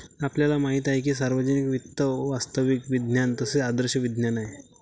आपल्याला माहित आहे की सार्वजनिक वित्त वास्तविक विज्ञान तसेच आदर्श विज्ञान आहे